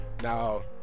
now